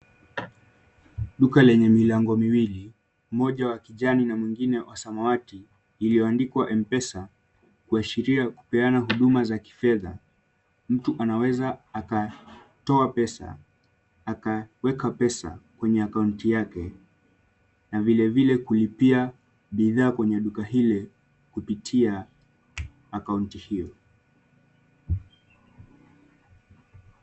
Duka lenye milango miwili, moja wa kijani na mwingine wa samawati, iliyoandikwa M-Pesa, kuashiria kupeana huduma za kifedha, mtu anaweza aka toa pesa, aka weka pesa kwenye akaunti yake, na vile vile kulipia bidhaa kwenye duka hile kupitia akaunti hiyo.